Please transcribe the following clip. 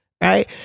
right